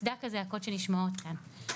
והזעקות שנשמעות כאן הן ברורות ומוצדקות.